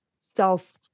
self